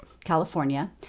California